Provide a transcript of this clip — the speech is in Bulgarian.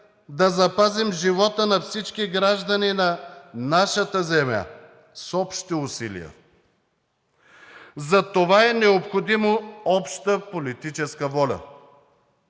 да запазим живота на всички граждани на нашата земя с общи усилия! Затова е необходима обща политическа воля.